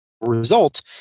result